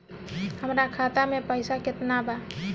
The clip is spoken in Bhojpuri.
हमरा खाता में पइसा केतना बा?